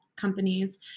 companies